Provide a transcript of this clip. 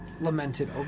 lamented